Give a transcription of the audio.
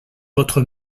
votre